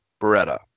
Beretta